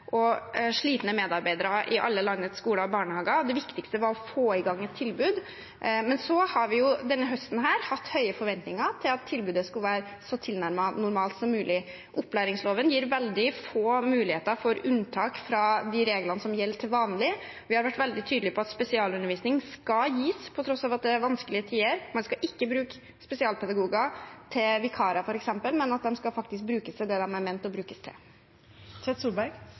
og slitne medarbeidere i alle landets skoler og barnehager. Det viktigste var å få i gang et tilbud. Så har vi denne høsten hatt høye forventninger til at tilbudet skulle være så tilnærmet normalt som mulig. Opplæringsloven gir veldig få muligheter for unntak fra de reglene som gjelder til vanlig, og vi har vært veldig tydelige på at spesialundervisning skal gis på tross av at det er vanskelige tider – man skal ikke bruke spesialpedagoger til vikarer, f.eks., de skal faktisk brukes til det de er ment å brukes til. Torstein Tvedt Solberg